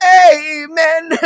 amen